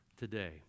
Today